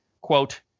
quote